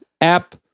app